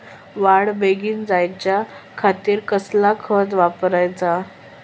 वाढ बेगीन जायच्या खातीर कसला खत वापराचा?